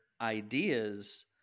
ideas